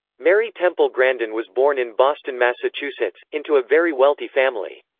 mary temple grandin was born in boston, massachusetts, into a very wealthy family.